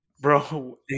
bro